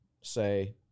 say